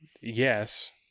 yes